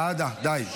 די.